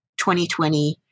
2020